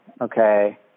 okay